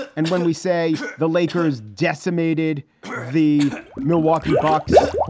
and when we say the lakers decimated the milwaukee bucks,